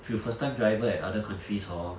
if you first time driver at other countries hor